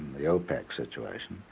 the opec situation.